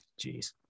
Jeez